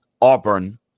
Auburn